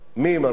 מי מרוויח?